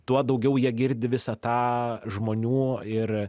tuo daugiau jie girdi visą tą žmonių ir